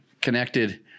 connected